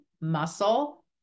muscle